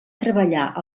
treballar